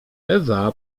ewa